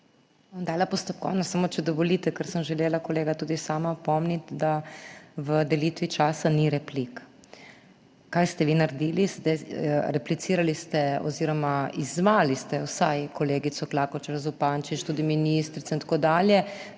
dala postopkovno, samo če dovolite, ker sem želela kolega tudi sama opomniti, da v delitvi časa ni replik. Kaj ste vi naredili? Replicirali oziroma vsaj izzvali ste kolegico Klakočar Zupančič, tudi ministrico in tako dalje,